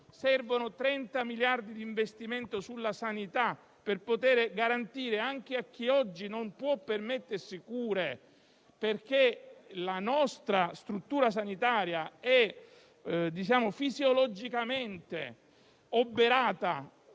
servono 30 miliardi di investimento sulla sanità per potere garantire anche chi oggi non può permettersi cure, perché la nostra struttura sanitaria è fisiologicamente oberata